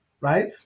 right